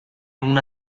una